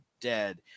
dead